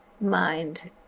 mind